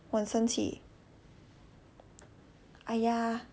我很生气 !aiya!